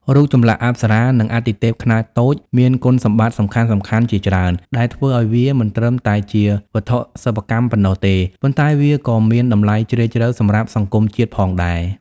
រូបចម្លាក់អប្សរា និងអាទិទេពខ្នាតតូចមានគុណសម្បត្តិសំខាន់ៗជាច្រើន ដែលធ្វើឱ្យវាមិនត្រឹមតែជាវត្ថុសិប្បកម្មប៉ុណ្ណោះទេ ប៉ុន្តែវាក៏មានតម្លៃជ្រាលជ្រៅសម្រាប់សង្គមជាតិផងដែរ។